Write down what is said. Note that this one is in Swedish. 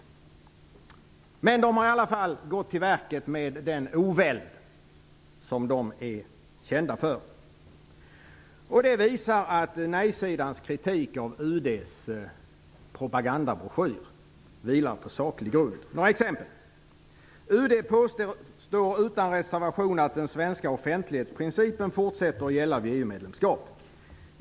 Statsförvaltningen har i alla fall gått till verket med den oväld den är känd för. Dessa remissyttranden visar att nej-sidans kritik av UD:s propagandabroschyr vilar på saklig grund. Några exempel: UD påstår utan reservation att den svenska offentlighetsprincipen fortsätter att gälla vid EU-medlemskap.